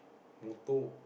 motor